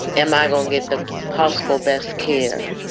am i gonna get the possible best care?